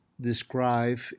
describe